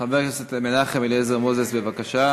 חבר הכנסת מנחם אליעזר מוזס, בבקשה,